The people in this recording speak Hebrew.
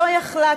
שלא יכלה,